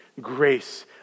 grace